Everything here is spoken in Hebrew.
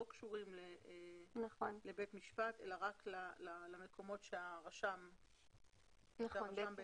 קשורים לבית משפט אלא רק למקומות שהרשם אחראי.